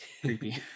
creepy